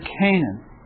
Canaan